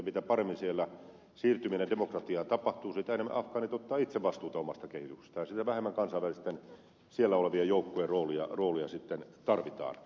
mitä paremmin siellä siirtyminen demokratiaan tapahtuu sitä enemmän afgaanit ottavat itse vastuuta omasta kehityksestään ja sitä vähemmän kansainvälisten siellä olevien joukkojen roolia sitten tarvitaan